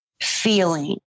feeling